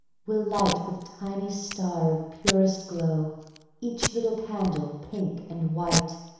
we'll light with tiny star of purest glow each little candle pink and white.